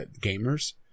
gamers